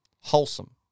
wholesome